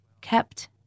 kept